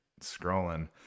scrolling